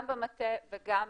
גם במטה וגם